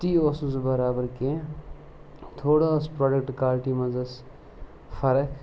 تی اوسُس برابر کینٛہہ تھوڑا ٲس پرٛوڈَکٹ کالِٹی منٛز ٲس فَرق